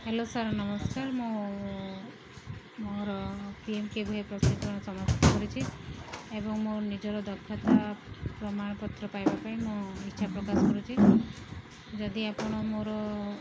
hello sir ନମସ୍କାର ମୁଁ ମୋର P M K V Y ପ୍ରଶିକ୍ଷଣ ସମାସ୍ତ କରିଛି ଏବଂ ମୋ ନିଜର ଦକ୍ଷତା ପ୍ରମାଣପତ୍ର ପାଇବା ପାଇଁ ମୁଁ ଇଚ୍ଛା ପ୍ରକାଶ କରୁଛି ଯଦି ଆପଣ ମୋର